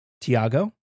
tiago